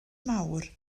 mawr